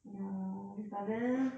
ya but then